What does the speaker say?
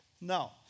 No